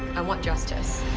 i want justice.